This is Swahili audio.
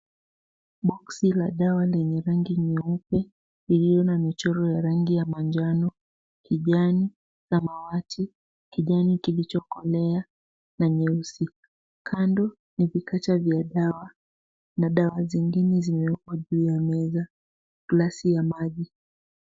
Boxi la dawa lenye rangi nyeupe iliyo na michoro ya rangi ya manjano, kijani, samawati, kijani kilichokolea na nyeusi. Kando ni vikacha vya dawa na dawa zingine zilizoko juu ya meza, glasi ya maji.